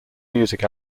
music